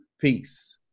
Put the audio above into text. Peace